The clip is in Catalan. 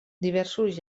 diversos